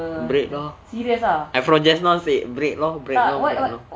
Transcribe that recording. break lor I from just now say break lor break lor break lor